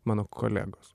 mano kolegos